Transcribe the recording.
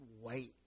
wait